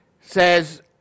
says